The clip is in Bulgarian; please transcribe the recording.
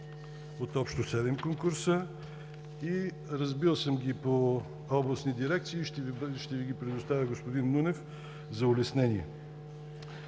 от общо седем конкурса. Разбил съм ги по областни дирекции и ще Ви ги предоставя, господин Нунев, за улеснение.